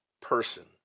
person